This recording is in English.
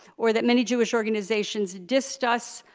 or that many jewish organizations dissed us,